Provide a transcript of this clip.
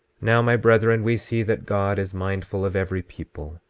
now my brethren, we see that god is mindful of every people,